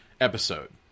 episode